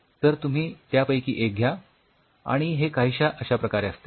तर तुम्ही त्यापैकी एक घ्या आणि हे काहीश्या अश्या प्रकारे असते